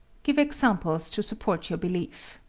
give examples to support your belief.